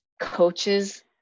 coaches